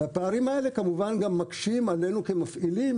הפערים האלה כמובן גם מקשים עלינו כמפעילים